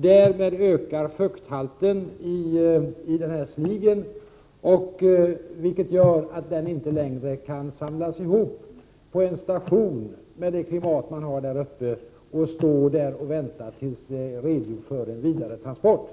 Därmed ökar fukthalten i sligen, vilket leder till att den inte längre kan samlas ihop på en station på grund av klimatet där uppe i norr, och man får vänta med en vidare transport.